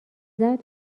ضبط